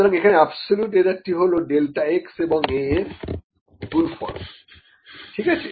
সুতরাং এখানে অ্যাবসোলিউট এরারটি হল ডেল্টা x এবং A এর গুণফল ঠিক আছে